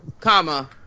comma